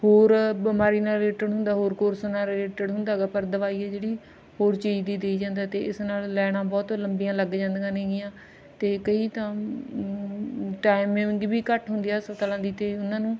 ਹੋਰ ਬਿਮਾਰੀ ਨਾਲ ਰਿਲੇਟਡ ਹੁੰਦਾ ਹੋਰ ਕੋਰਸ ਨਾਲ ਰਿਲੇਟਡ ਹੁੰਦਾ ਗਾ ਪਰ ਦਵਾਈ ਆ ਜਿਹੜੀ ਹੋਰ ਚੀਜ਼ ਦੀ ਦਈ ਜਾਂਦਾ ਅਤੇ ਇਸ ਨਾਲ ਲੈਣਾ ਬਹੁਤ ਲੰਬੀਆਂ ਲੱਗ ਜਾਂਦੀਆਂ ਨੇਗੀਆਂ ਅਤੇ ਕਈ ਤਾਂ ਟਾਈਮਿੰਗ ਵੀ ਘੱਟ ਹੁੰਦੀ ਆ ਹਸਪਤਾਲਾਂ ਦੀ ਅਤੇ ਉਹਨਾਂ ਨੂੰ